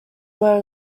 were